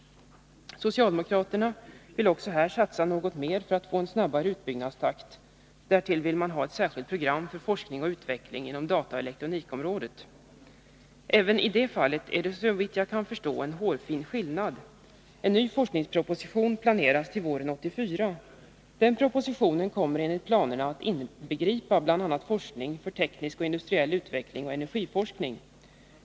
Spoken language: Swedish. Socialdemokraterna vill också här satsa något mer för att få en snabbare utbyggnadstakt. Därtill vill man ha ett särskilt program för forskning och utveckling inom dataoch elektronikområdet. Även i det fallet är det såvitt jag kan förstå en hårfin skillnad. En ny forskningsproposition planeras till våren 1984. Den propositionen kommer enligt planerna att inbegripa bl.a. forskning för teknisk och industriell utveckling och energiforskning.